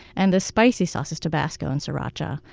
and the spicy sauces, tabasco and sriracha,